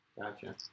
Gotcha